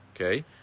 okay